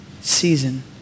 season